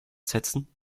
setzen